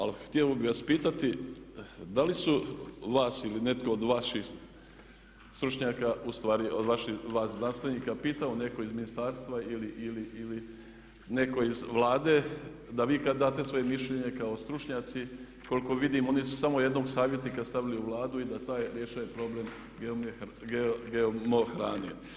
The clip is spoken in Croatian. Ali htio bih vas pitati da li su vas ili netko od vaših stručnjaka u stvari od vas znanstvenika pitao netko iz ministarstva ili netko iz Vlade da vi kad date svoje mišljenje kao stručnjaci koliko vidim oni su samo jednog savjetnika stavili u Vladu i da taj riješi problem GMO hrane.